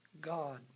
God